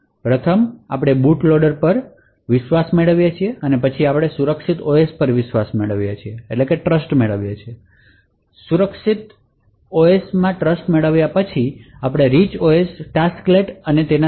પ્રથમ આપણે boot loader પર વિશ્વાસ મેળવીએ છીએ પછી આપણે સુરક્ષિત ઓએસ પર વિશ્વાસ મેળવીએ છીએ રીચ ઓએસ ટાસ્કલેટ અને તેથી વધુ